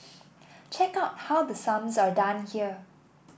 check out how the sums are done here